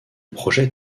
projet